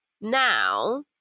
Now